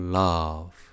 love